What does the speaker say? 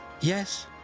Yes